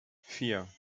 vier